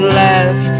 left